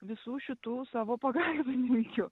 visų šitų savo pagalbininkių